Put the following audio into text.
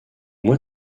mois